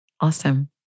Awesome